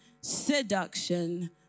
seduction